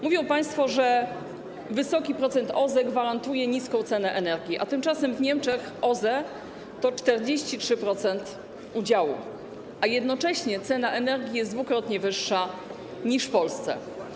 Mówią państwo, że wysoki udział OZE gwarantuje niską cenę energii, tymczasem w Niemczech udział OZE to 43%, a jednocześnie cena energii jest dwukrotnie wyższa niż w Polsce.